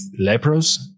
Lepros